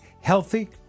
healthy